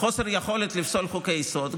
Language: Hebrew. חוסר יכולת לפסול חוקי-יסוד,